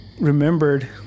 remembered